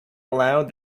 aloud